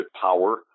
power